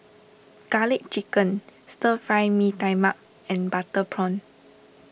Garlic Chicken Stir Fry Mee Tai Mak and Butter Prawn